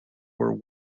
were